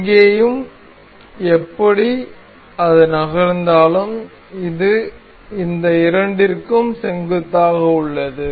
எங்கேயும் எப்படி அது நகர்ந்தாலும் அது இந்த இரண்டிற்கும் செங்குத்தாக உள்ளது